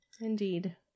indeed